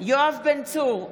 יואב בן צור,